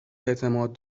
اعتماد